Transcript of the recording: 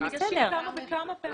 הם ניגשים כמה וכמה פעמים.